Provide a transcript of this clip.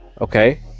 Okay